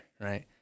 right